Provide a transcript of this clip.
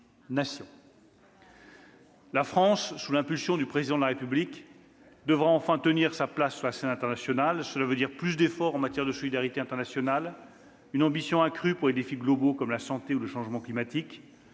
La France, sous l'impulsion du Président de la République, devra enfin tenir sa place sur la scène internationale. Cela signifie plus d'efforts de solidarité internationale et une ambition accrue pour les défis globaux comme la santé ou le changement climatique